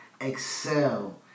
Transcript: excel